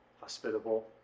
hospitable